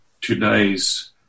today's